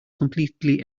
completely